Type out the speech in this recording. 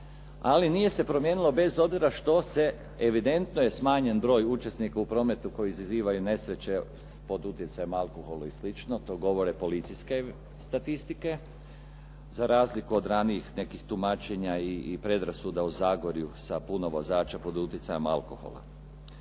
ali nije se promijenilo bez obzira što se evidentno je smanjen broj učesnika u prometu koji izazivaju nesreće pod utjecajem alkohola i slično, to govore policijske statistike za razliku od ranijih nekih tumačenja i predrasuda o Zagorju sa puno vozača pod utjecajem alkohola.